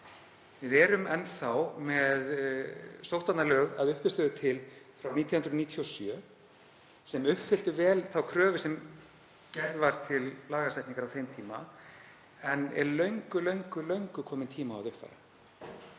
Við erum enn þá með sóttvarnalög að uppistöðu til frá 1997 sem uppfylltu vel þá kröfu sem gerð var til lagasetningar á þeim tíma en er löngu kominn tími á að uppfæra.